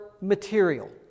material